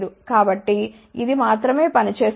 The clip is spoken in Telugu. కాబట్టి ఇది మాత్రమే పని చేస్తుంది